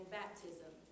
baptism